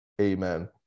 amen